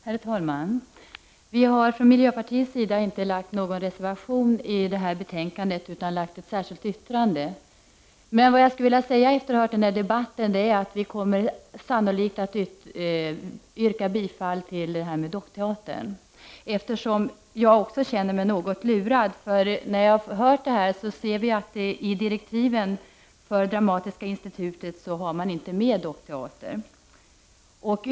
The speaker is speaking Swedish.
Herr talman! Vi har från miljöpartiets sida inte fogat någon reservation utan bara ett särskilt yttrande till betänkandet. Efter att ha hört debatten vill jag ändå säga att vi sannolikt kommer att rösta för det här med dockteatern, eftersom jag också känner mig något lurad. Vi ser nu att man i direktiven till utredningen om Dramatiska institutet inte har med dockteatern.